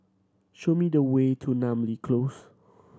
show me the way to Namly Close